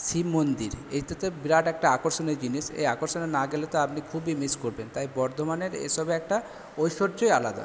শিব মন্দির বিরাট একটা আকর্ষণীয় জিনিস এই আকর্ষণীয় না গেলে তো আপনি খুবই মিস করবেন তাই বর্ধমানের এসবে একটা ঐশ্বর্যই আলাদা